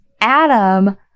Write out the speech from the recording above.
Adam